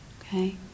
Okay